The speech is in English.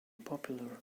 popular